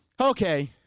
Okay